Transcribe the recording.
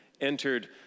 entered